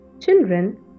Children